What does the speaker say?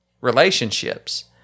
relationships